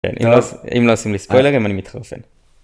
אם לא עושים לי ספוילרים אם אני מתחרפן.